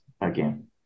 again